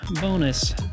bonus